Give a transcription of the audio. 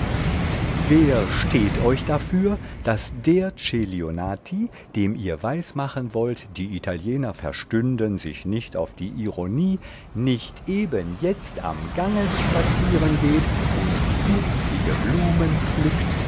wer steht euch dafür daß der celionati dem ihr weis machen wollt die italiener verstünden sich nicht auf die ironie nicht eben jetzt am ganges spazieren geht und duftige blumen pflückt